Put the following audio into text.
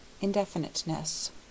Indefiniteness